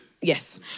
Yes